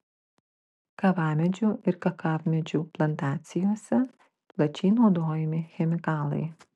kavamedžių ir kakavmedžių plantacijose plačiai naudojami chemikalai